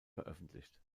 veröffentlicht